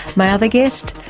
my other guest,